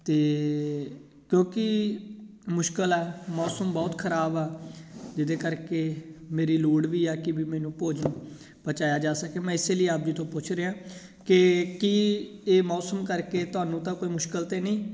ਅਤੇ ਕਿਉਂਕਿ ਮੁਸ਼ਕਿਲ ਹੈ ਮੌਸਮ ਬਹੁਤ ਖਰਾਬ ਆ ਜਿਹਦੇ ਕਰਕੇ ਮੇਰੀ ਲੋੜ ਵੀ ਆ ਕੀ ਵੀ ਮੈਨੂੰ ਭੋਜਨ ਪਹੁੰਚਾਇਆ ਜਾ ਸਕੇ ਮੈਂ ਇਸੇ ਲਈ ਆਪ ਜੀ ਤੋਂ ਪੁੱਛ ਰਿਹਾਂ ਕਿ ਕੀ ਇਹ ਮੌਸਮ ਕਰਕੇ ਤੁਹਾਨੂੰ ਤਾਂ ਕੋਈ ਮੁਸ਼ਕਿਲ ਤਾਂ ਨਹੀਂ